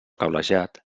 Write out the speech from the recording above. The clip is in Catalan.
cablejat